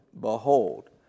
behold